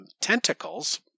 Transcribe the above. Tentacles